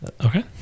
Okay